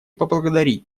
поблагодарить